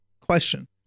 question